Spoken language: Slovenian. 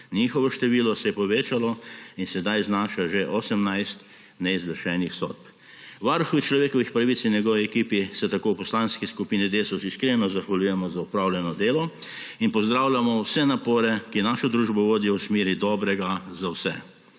Njihovo število se je povečalo in sedaj znaša že 18 neizvršenih sodb. Varuhu človekovih pravic in njegovi ekipi se tako v Poslanski skupini Desus iskreno zahvaljujemo za opravljeno delo in pozdravljamo vse napore, ki našo družbo vodijo v smeri dobrega za vse.